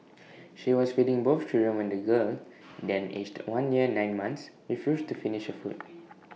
she was feeding both children when the girl then aged one year and nine months refused to finish her food